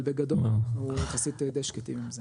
אבל בגדול אנחנו יחסית די שקטים עם זה.